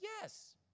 Yes